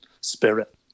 spirit